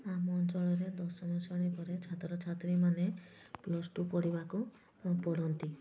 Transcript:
ଆମ ଅଞ୍ଚଳରେ ଦଶମ ଶ୍ରେଣୀ ପରେ ଛାତ୍ରଛାତ୍ରୀମାନେ ପ୍ଲସ୍ ଟୁ ପଢ଼ିବାକୁ ପଢ଼ନ୍ତି